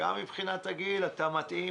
גם מבחינת הגיל אתה מתאים